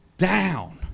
down